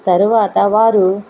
తరువాత వారు